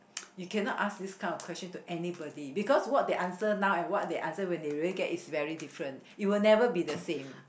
you cannot ask this kind of question to anybody because what they answer now and what they answer when they really get is really different it'll never be the same